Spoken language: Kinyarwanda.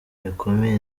bikomeye